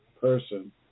person